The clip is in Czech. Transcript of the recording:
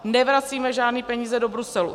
Nevracíme žádné peníze do Bruselu.